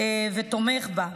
ותומך בה.